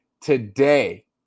today